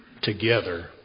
together